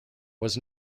was